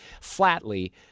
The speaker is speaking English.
flatly